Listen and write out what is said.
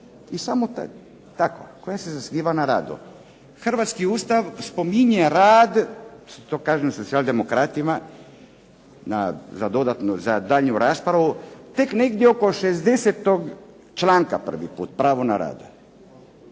I samo tako, koja se zasniva na radu. Hrvatski ustav spominje rad, to kažem socijal-demokratima za daljnju raspravu, tek negdje oko 60. članka prvi put, pravo na rad.